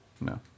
No